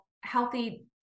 healthy